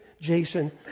Jason